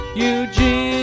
Eugene